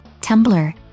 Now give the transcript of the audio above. Tumblr